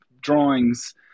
drawings